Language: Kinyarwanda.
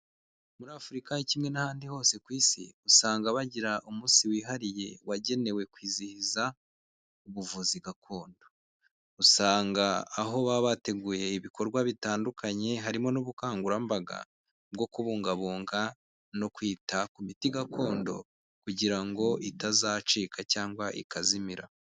Muri Afurika kimwe n'ahandi hose ku isi, usanga bagira umunsi wihariye wagenewe kwizihiza ubuvuzi gakondo, usanga aho baba bateguye ibikorwa bitandukanye, harimo n'ubukangurambaga bwo kubungabunga no kwita ku miti gakondo kugira ngo itazacika cyangwa ikazimira.